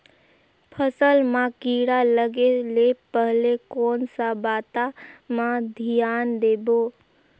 फसल मां किड़ा लगे ले पहले कोन सा बाता मां धियान देबो?